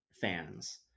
fans